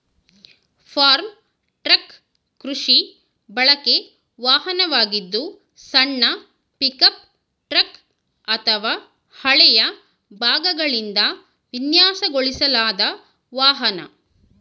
form truck ಕೃಷಿ ಬಳಕೆ ವಾಹನವಾಗಿದ್ದು ಸಣ್ಣ ಪಿಕಪ್ ಟ್ರಕ್ ಅಥವಾ ಹಳೆಯ ಭಾಗಗಳಿಂದ ವಿನ್ಯಾಸಗೊಳಿಸಲಾದ ವಾಹನ